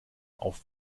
auf